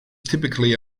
typically